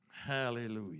Hallelujah